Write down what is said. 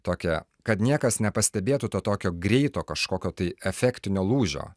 tokią kad niekas nepastebėtų to tokio greito kažkokio tai efektinio lūžio